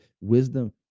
Wisdom